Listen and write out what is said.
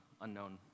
unknown